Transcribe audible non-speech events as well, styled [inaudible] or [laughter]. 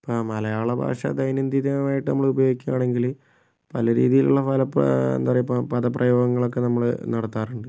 ഇപ്പം മലയാള ഭാഷ ദൈനദിനമായിട്ട് നമ്മൾ ഉപയോഗിക്കുകയാണെങ്കിൽ പല രീതിയിലുള്ള [unintelligible] എന്താ പറയുക ഇപ്പം പദപ്രയോഗങ്ങളൊക്കെ നമ്മൾ നടത്താറുണ്ട്